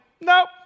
nope